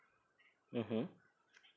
mmhmm